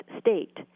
state